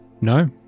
No